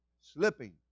slipping